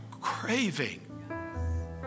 craving